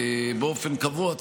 באופן קבוע,